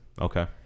Okay